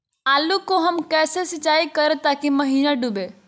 आलू को हम कैसे सिंचाई करे ताकी महिना डूबे?